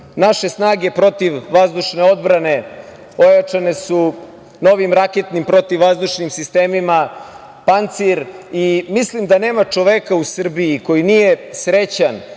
naše snage protivvazdušne odbrane ojačane su novim raketnim protivvazudšnim sistemima, pancir, i mislim da nema čoveka u Srbiji koji nije srećan